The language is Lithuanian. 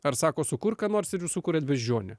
ar sako sukurk ką nors ir jūs sukuriat beždžionę